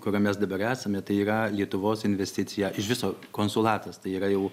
kuriame mes dabar esame tai yra lietuvos investicija iš viso konsulatas tai yra jau